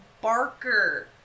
Barker